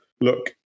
look